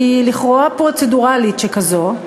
היא לכאורה פרוצדורלית שכזאת,